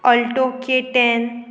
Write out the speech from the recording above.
alto K ten